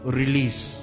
release